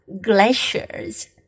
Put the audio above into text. glaciers